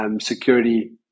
security